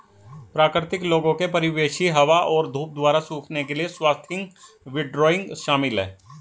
प्राकृतिक लोगों के परिवेशी हवा और धूप द्वारा सूखने के लिए स्वाथिंग विंडरोइंग शामिल है